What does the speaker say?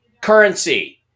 currency